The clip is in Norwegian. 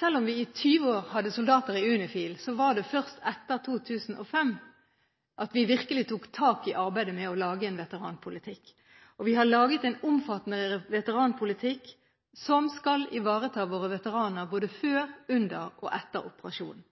selv om vi i 20 år hadde soldater i UNIFIL, var det først etter 2005 at vi virkelig tok tak i arbeidet med å lage en veteranpolitikk. Vi har laget en omfattende veteranpolitikk som skal ivareta våre veteraner både før, under og etter operasjonen.